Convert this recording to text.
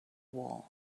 wall